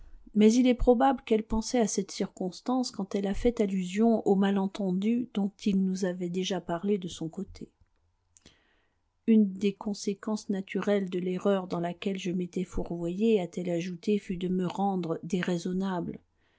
mais il est probable qu'elle pensait à cette circonstance quand elle a fait allusion au malentendu dont il nous avait déjà parlé de son côté une des conséquences naturelles de l'erreur dans laquelle je m'étais fourvoyée a-t-elle ajouté fut de me rendre déraisonnable